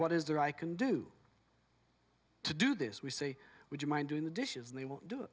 what is there i can do to do this we say would you mind doing the dishes and they w